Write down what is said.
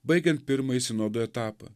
baigiant pirmąjį sinodo etapą